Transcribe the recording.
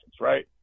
right